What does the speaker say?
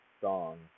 song